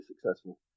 successful